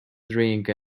drink